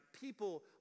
people